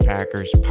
Packers